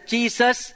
Jesus